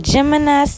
Gemini